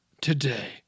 today